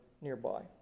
nearby